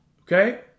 Okay